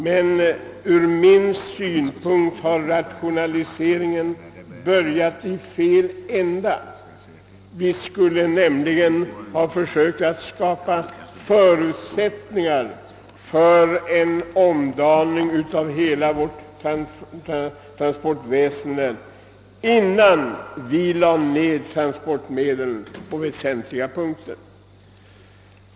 Sett ur min synpunkt har emellertid rationaliseringarna börjat i fel ände; vi skulle ha försökt att skapa förutsättningar för en omdaning av hela vårt transportväsende innan vi lade ned transportmedel på väsentliga områden.